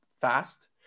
fast